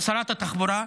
שרת התחבורה.